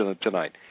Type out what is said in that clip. tonight